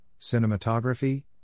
Cinematography